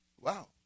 Wow